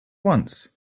once